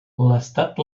l’estat